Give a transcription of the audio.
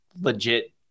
legit